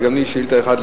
וגם לי יש שאילתא אחת,